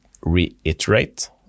reiterate